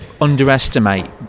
underestimate